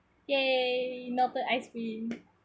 !yay! melted ice cream